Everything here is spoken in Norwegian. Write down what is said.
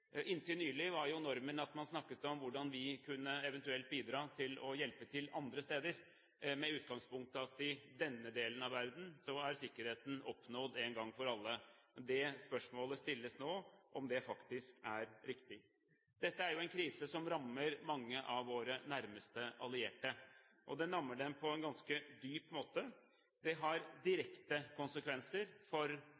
Inntil nylig var jo normen at man snakket om hvordan vi eventuelt kunne bidra til å hjelpe til andre steder, med utgangspunkt at i denne delen av verden er sikkerheten oppnådd en gang for alle. Det spørsmålet som stilles nå, er om det faktisk er riktig. Dette er en krise som rammer mange av våre nærmeste allierte. Den rammer dem på en ganske dyp måte. Det har